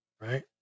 Right